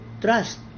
trust